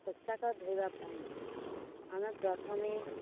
ପୋଷାକ ଧୋଇବା ପାଇଁ ଆମେ ପ୍ରଥମେ